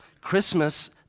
christmas